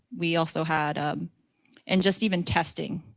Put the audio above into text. we also had and just even testing